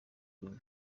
rumwe